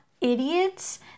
idiots